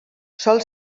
sol